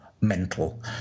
Mental